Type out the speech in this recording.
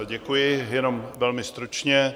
Děkuji, jenom velmi stručně.